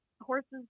horses